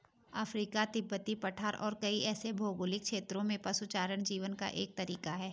Africa, तिब्बती पठार और कई ऐसे भौगोलिक क्षेत्रों में पशुचारण जीवन का एक तरीका है